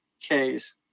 K's